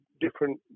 different